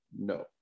No